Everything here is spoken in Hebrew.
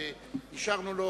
ואישרנו לו,